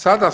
Sada